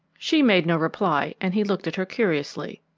she made no reply, and he looked at her curiously.